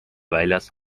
väljas